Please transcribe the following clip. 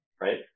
right